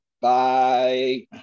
Bye